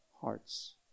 hearts